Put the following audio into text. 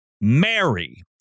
Mary